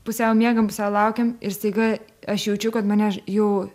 pusiau miegam pusiau laukiam ir staiga aš jaučiu kad mane jau